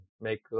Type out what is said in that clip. make